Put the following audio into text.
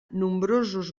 nombrosos